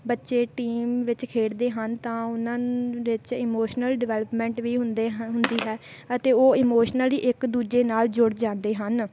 ਬੱਚੇ ਟੀਮ ਵਿੱਚ ਖੇਡਦੇ ਹਨ ਤਾਂ ਉਹਨਾਂ ਵਿਚ ਇਮੋਸ਼ਨਲ ਡਿਵੈਲਪਮੈਂਟ ਵੀ ਹੁੰਦੇ ਹੁੰਦੀ ਹੈ ਅਤੇ ਉਹ ਇਮੋਸ਼ਨਲੀ ਇੱਕ ਦੂਜੇ ਨਾਲ ਜੁੜ ਜਾਂਦੇ ਹਨ